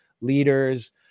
leaders